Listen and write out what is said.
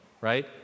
right